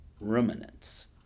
ruminants